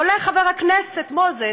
עולה חבר הכנסת מוזס,